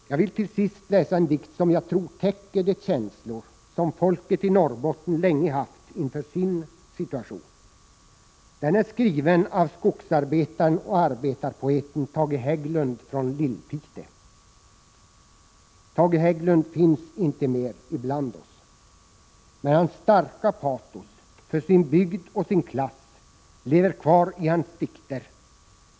Jag vill till sist läsa en dikt som jag tror täcker de känslor som folket i Norrbotten länge haft inför sin situation. Den är skriven av skogsarbetaren och arbetarpoeten Tage Hägglund från Lillpite. Tage Hägglund finns inte mer ibland oss. Men hans starka patos för sin bygd och sin klass lever kvar i hans dikter.